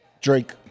Drake